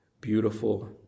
beautiful